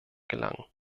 gelangen